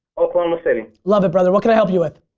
oklahoma city. love it, brother. what can i help you with?